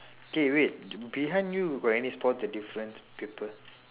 okay wait behind you got any spot the difference paper